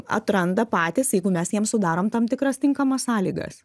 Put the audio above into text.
atranda patys jeigu mes jiem sudarom tam tikras tinkamas sąlygas